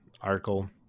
article